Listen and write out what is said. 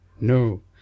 No